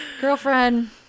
girlfriend